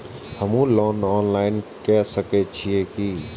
हमू loan online के सके छीये की?